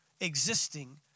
existing